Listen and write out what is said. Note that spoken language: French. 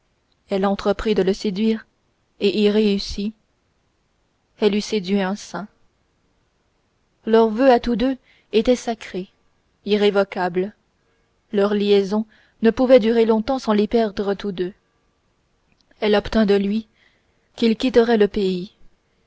elle entreprit de le séduire et y réussit elle eût séduit un saint leurs voeux à tous deux étaient sacrés irrévocables leur liaison ne pouvait durer longtemps sans les perdre tous deux elle obtint de lui qu'ils quitteraient le pays